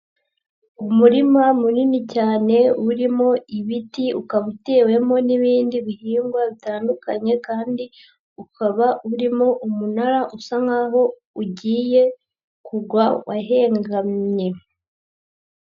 Umurima munini cyane urimo ibiti, ukaba utewemo n'ibindi bihingwa bitandukanye kandi ukaba urimo umunara usa nkaho ugiye kugwa wahengamye.